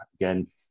again